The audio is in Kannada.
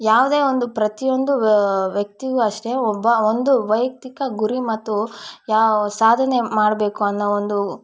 ಯಾವುದೇ ಒಂದು ಪ್ರತಿಯೊಂದು ವ್ಯಕ್ತಿಗೂ ಅಷ್ಟೇ ಒಬ್ಬ ಒಂದು ವೈಯಕ್ತಿಕ ಗುರಿ ಮತ್ತು ಯಾವ ಸಾಧನೆ ಮಾಡಬೇಕು ಅನ್ನೋ ಒಂದು